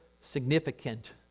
significant